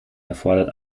erfordert